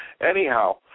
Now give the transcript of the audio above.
Anyhow